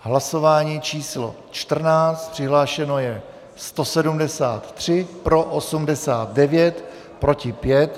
V hlasování číslo 14 přihlášeno je 173, pro 89, proti 5.